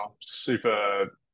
super